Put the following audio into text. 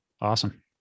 Awesome